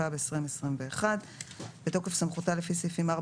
התשפ"ב 2021 בתוקף סמכותה לפי סעיפים 4,